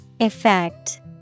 Effect